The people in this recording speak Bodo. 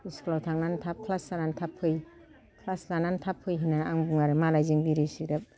स्कुलाव थांनानै थाब ख्लास जानानै थाब फै ख्लास लानानै थाब फै होनना आं बुङो आरो मालायजों बिरि सिग्रेट